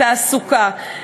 התעסוקה,